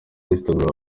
instagram